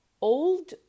Old